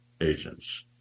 agents